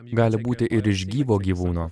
gali būti ir iš gyvo gyvūno